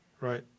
Right